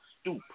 stoop